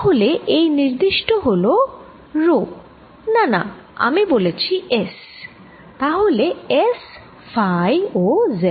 তাহলে এটি নির্দিষ্ট হল রো না রো না আমি বলেছি S তাহলে S ফাই ও z